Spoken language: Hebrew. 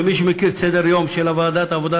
ומי שמכיר את סדר-היום של ועדת העבודה,